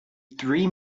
three